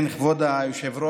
כן, כבוד היושב-ראש,